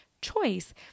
choice